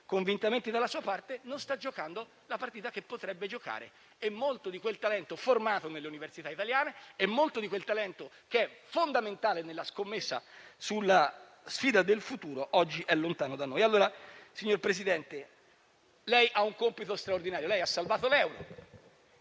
convintamente dalla sua parte), non sta giocando la partita che potrebbe giocare. Molto di quel talento, formato nelle università italiane, molto di quel talento, che è fondamentale nella scommessa sulla sfida del futuro, oggi è lontano da noi. Signor Presidente, lei ha un compito straordinario. Lei ha salvato l'euro;